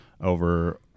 over